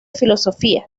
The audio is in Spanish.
filosofía